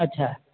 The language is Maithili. अच्छा